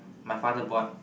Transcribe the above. my father bought